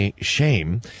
shame